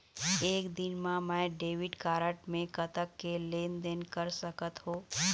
एक दिन मा मैं डेबिट कारड मे कतक के लेन देन कर सकत हो?